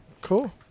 Cool